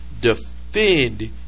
defend